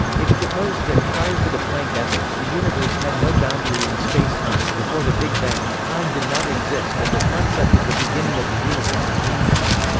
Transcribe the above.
it proposed that prior to the planck epoch, the universe had no boundary in space-time before the big bang, time did not exist and the concept of the beginning of the universe is meaningless.